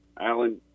Alan